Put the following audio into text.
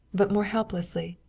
but more helplessly.